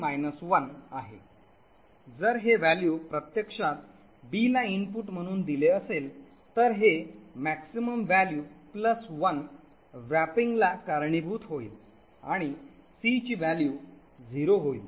जर हे व्हॅल्यू प्रत्यक्षात b ला इनपुट म्हणून दिले असेल तर हे कमाल मूल्य 1 wrapping ला कारणीभूत होईल आणि c ची व्हॅल्यू 0 होईल